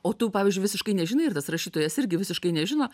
o tu pavyzdžiui visiškai nežinai ir tas rašytojas irgi visiškai nežino